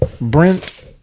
Brent